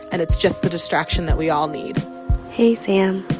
and it's just the distraction that we all need hey, sam.